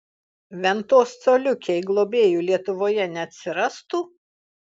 ventos coliukei globėjų lietuvoje neatsirastų